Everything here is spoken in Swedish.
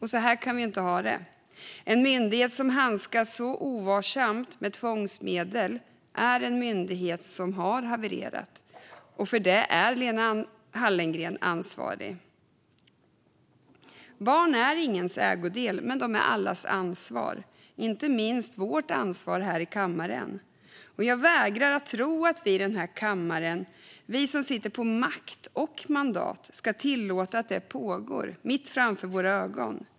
Så här kan vi inte ha det. En myndighet som handskas så ovarsamt med tvångsmedel är en myndighet som har havererat. För det är Lena Hallengren ansvarig. Barn är ingens ägodel, men de är allas ansvar, inte minst vårt ansvar här i kammaren. Jag vägrar att tro att vi i den här kammaren, som sitter på makt och mandat, ska tillåta att det pågår, rakt framför våra ögon.